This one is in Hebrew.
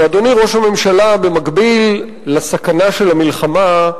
ואדוני ראש הממשלה, במקביל לסכנה של המלחמה,